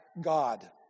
God